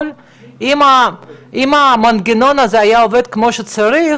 אם המנגנון הזה היה עובד כמו שצריך,